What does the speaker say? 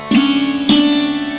e